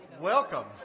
Welcome